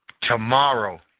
tomorrow